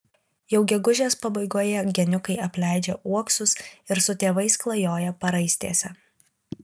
jau gegužės pabaigoje geniukai apleidžia uoksus ir su tėvais klajoja paraistėse